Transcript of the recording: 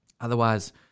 Otherwise